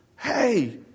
hey